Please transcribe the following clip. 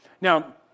Now